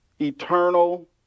eternal